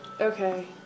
Okay